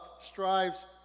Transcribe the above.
strives